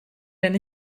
wenn